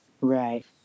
Right